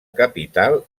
capital